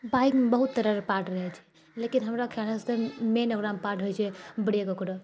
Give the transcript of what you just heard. बाइकमे बहुत तरहके पार्ट रहै छै लेकिन हमरा ख्यालसँ मेन ओकरऽमे पार्ट होइ छै ब्रेक ओकरऽ